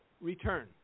return